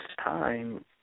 time